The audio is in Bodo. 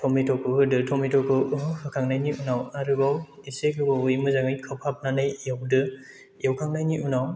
टमेट खौ होदो टमेट खौ होखांनायनि उनाव आरोबाव एसे गोबावै मोजाङै खोबहाबनानै एवदो एवखांनायनि उनाव